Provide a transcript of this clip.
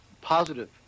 positive